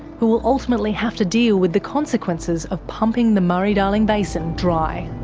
who will ultimately have to deal with the consequences of pumping the murray-darling basin dry.